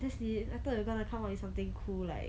that's it I thought you gonna come up with something cool like